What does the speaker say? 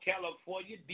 California